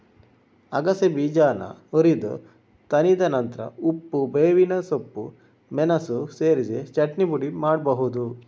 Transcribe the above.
ಅಗಸೆ ಬೀಜಾನ ಹುರಿದು ತಣಿದ ನಂತ್ರ ಉಪ್ಪು, ಬೇವಿನ ಸೊಪ್ಪು, ಮೆಣಸು ಸೇರಿಸಿ ಚಟ್ನಿ ಪುಡಿ ಮಾಡ್ಬಹುದು